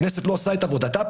הכנסת לא עושה את עבודתה.